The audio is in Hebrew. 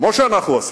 כמו שאנחנו עשינו.